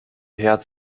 herz